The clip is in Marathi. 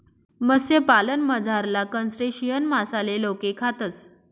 मत्स्यपालनमझारला क्रस्टेशियन मासाले लोके खातस